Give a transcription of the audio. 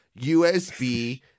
USB